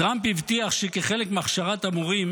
טראמפ הבטיח שכחלק מהכשרת המורים,